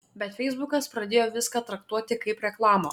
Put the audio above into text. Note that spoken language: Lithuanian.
bet feisbukas pradėjo viską traktuoti kaip reklamą